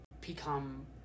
become